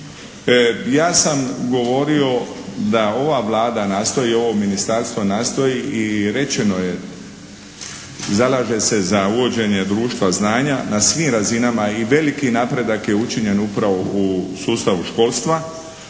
Ja sam govorio da ova Vlada nastoji, ovo ministarstvo nastoji i rečeno je zalaže se za uvođenje društva znanja na svim razinama i veliki napredak je učinjen upravo u sustavu školstva.